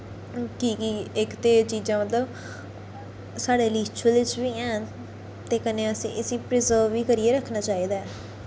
कि के इक ते एह् चीजां मतलब साढ़े लेई रियूचल बी हैन ते कन्नै असें इस्सी परजर्व बी करियै रक्खना चाहिदा ऐ